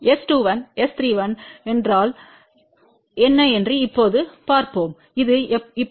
எனவே S21 S31என்றால்என்ன என்று இப்போது பார்ப்போம் இது இப்போது 3